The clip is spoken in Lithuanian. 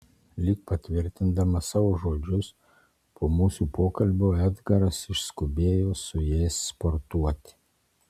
lyg patvirtindamas savo žodžius po mūsų pokalbio edgaras išskubėjo su jais sportuoti